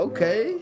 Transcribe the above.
Okay